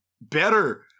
better